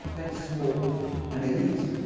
very small and elite.